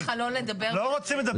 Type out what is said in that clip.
לא רוצים לדבר פרטני.